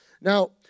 Now